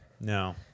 No